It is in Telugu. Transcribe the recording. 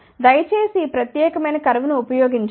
దయచేసి ఈ ప్రత్యేకమైన కర్వ్ ను ఉపయోగించవద్దు